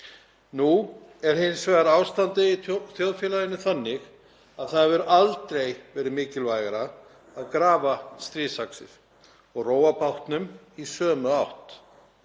Nú er hins vegar ástandið í þjóðfélaginu þannig að það hefur aldrei verið mikilvægara að grafa stríðsaxir og róa bátnum í sömu átt.